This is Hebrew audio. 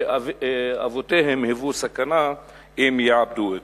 שאבותיהם היוו סכנה אם יעבדו אותה.